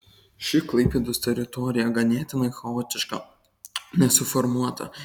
ši klaipėdos teritorija ganėtinai chaotiška nesuformuota